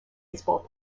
baseball